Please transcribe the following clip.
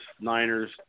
Niners